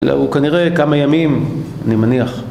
הוא כנראה כמה ימים, אני מניח